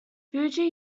fuji